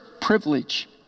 privilege